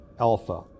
alpha